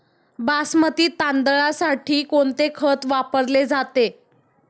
बासमती तांदळासाठी कोणते खत वापरले जाते?